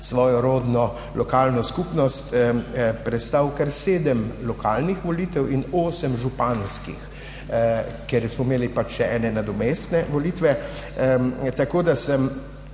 svojo rodno lokalno skupnost – sem prestal kar sedem lokalnih volitev in osem županskih, ker smo imeli pač še ene nadomestne volitve. Tako da sem